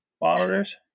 monitors